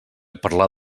parlar